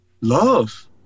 love